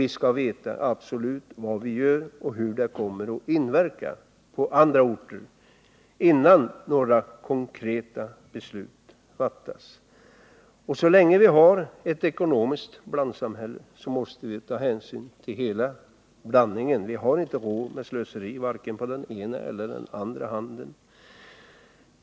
Vi skall veta absolut vad vi gör och hur det kommer att inverka på andra orter innan några konkreta beslut fattas. Så länge vi har ett ekonomiskt blandsamhälle måste vi ta hänsyn till hela blandningen. Vi har inte råd med slöseri vare sig med den ena eller med den andra handen.